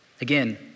Again